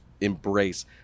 embrace